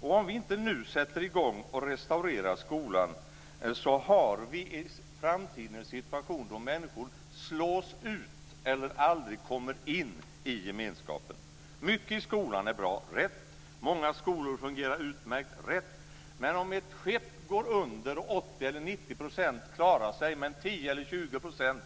Och om vi inte nu sätter i gång och restaurerar skolan, så har vi i framtiden en situation då människor slås ut eller aldrig kommer in i gemenskapen. Mycket i skolan är bra - rätt. Många skolor fungerar utmärkt - rätt. Men om ett skepp går under och 80 eller 90 % klarar sig men 10 eller 20 %